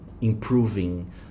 improving